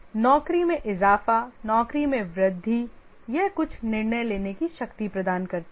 नौकरी में इज़ाफ़ा नौकरी में वृद्धि यह कुछ निर्णय लेने की शक्ति प्रदान करते हैं